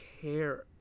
care